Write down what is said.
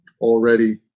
already